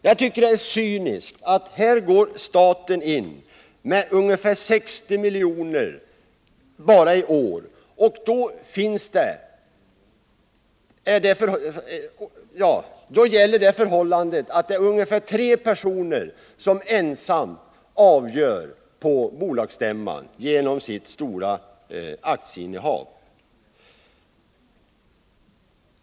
Jag tycker det är cyniskt att här går man in med ungefär 60 miljoner bara i år, och då gäller det förhållandet att det är ungefär tre personer som ensamma avgör frågorna på bolagsstämman genom sitt stora aktieinnehav.